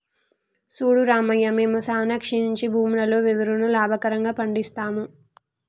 సూడు రామయ్య మేము సానా క్షీణించి భూములలో వెదురును లాభకరంగా పండిస్తాము